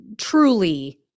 truly